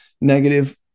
negative